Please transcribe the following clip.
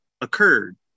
occurred